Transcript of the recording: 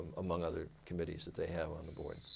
um among other committees that they have on the board.